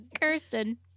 Kirsten